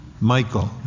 Michael